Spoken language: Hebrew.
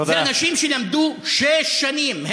אלה אנשים שלמדו שש שנים.